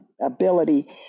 ability